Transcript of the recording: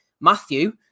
Matthew